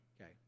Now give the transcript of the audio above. Okay